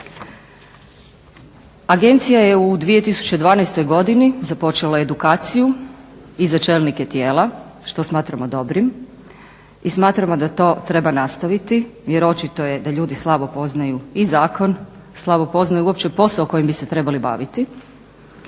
Agencija je u 2012. godini započela edukaciju i za čelnike tijela, što smatramo dobrim, i smatramo da to treba nastaviti jer očito je da ljudi slabo poznaju i zakon, slabo poznaju uopće posao kojim bi se trebali baviti,